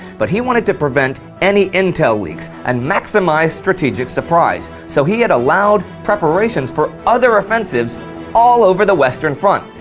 but he wanted to prevent any intel leaks and maximize strategic surprise so he had allowed preparations for other offensives all over the western front,